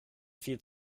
viel